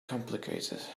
complicated